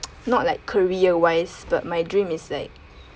not like career wise but my dream is like